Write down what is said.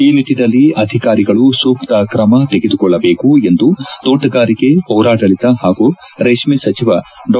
ಆ ನಿಟ್ಟನಲ್ಲಿ ಅಧಿಕಾರಿಗಳು ಸೂಕ್ತ ಕ್ರಮ ತೆಗೆದುಕೊಳ್ಳಬೇಕು ಎಂದು ತೋಟಗಾರಿಕೆ ಪೌರಾಡಳಿತ ಹಾಗೂ ರೇಷ್ನೆ ಸಚಿವ ಡಾ